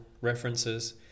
references